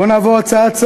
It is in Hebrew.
בואו נעבור הצעה-הצעה,